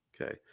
Okay